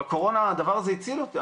בקורונה הדבר הזה הציל אותי.